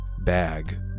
bag